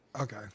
Okay